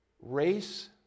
Race